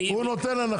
הוא נותן הנחה,